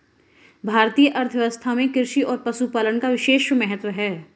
भारतीय अर्थव्यवस्था में कृषि और पशुपालन का विशेष महत्त्व है